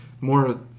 more